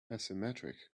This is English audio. asymmetric